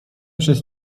przez